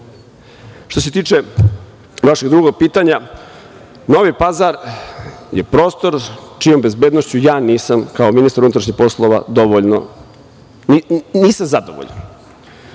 se tiče vašeg drugog pitanja, Novi Pazar je prostor čijom bezbednošću ja, kao ministar unutrašnjih poslova, nisam zadovoljan.